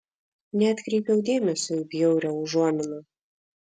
neatkreipiau dėmesio į bjaurią užuominą